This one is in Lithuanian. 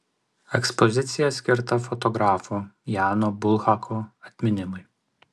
ekspozicija skirta fotografo jano bulhako atminimui